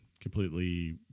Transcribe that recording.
completely